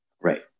Right